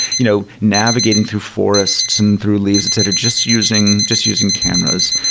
you know navigating through forests and through leaves, etc, just using just using cameras.